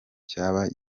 cyaba